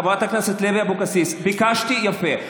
חברת הכנסת לוי אבקסיס, ביקשתי יפה.